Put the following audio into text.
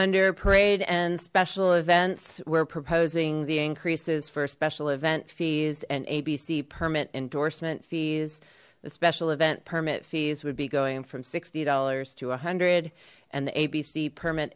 under parade and special events we're proposing the increases for special event fees and abc permit endorsement fees the special event permit fees would be going from sixty dollars to a hundred and the abc permit